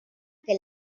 que